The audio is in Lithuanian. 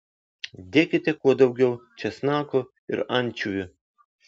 dėkite kuo daugiau česnako ir ančiuvių